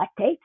lactate